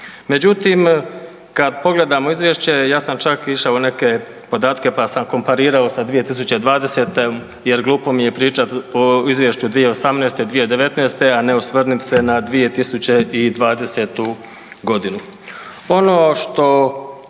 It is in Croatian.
Međutim, kada pogledamo Izvješće ja sam čak išao neke podatke pa sam komparirao sa 2020. jer glupo mi je pričati o Izvješću 2018., 2019. a ne osvrnem se na 2020. godinu.